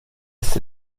ist